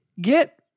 get